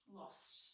lost